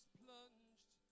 plunged